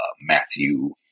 Matthew